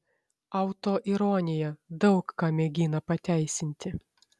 autoironija daug ką mėgina pateisinti